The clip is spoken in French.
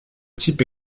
type